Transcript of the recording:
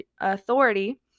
authority